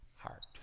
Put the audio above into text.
heart